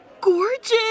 gorgeous